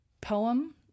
poem